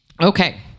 Okay